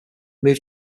moved